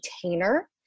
container